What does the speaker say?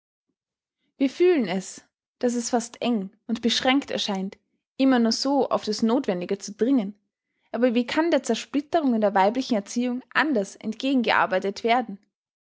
wir fühlen es daß es fast eng und beschränkt erscheint immer nur so auf das nothwendige zu dringen aber wie kann der zersplitterung in der weiblichen erziehung anders entgegengearbeitet werden